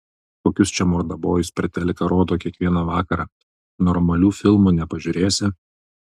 kokius čia mordabojus per teliką rodo kiekvieną vakarą normalių filmų nepažiūrėsi